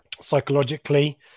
psychologically